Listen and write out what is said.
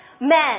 men